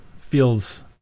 feels